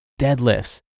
deadlifts